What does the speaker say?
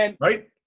right